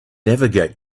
navigate